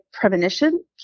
premonition